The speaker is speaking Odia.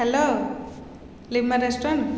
hello Lima restaurant